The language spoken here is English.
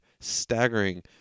staggering